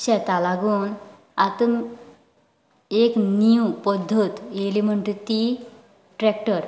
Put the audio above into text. शेता लागून आतां एक नीव पद्दत येली म्हणटा ती ट्रेक्टर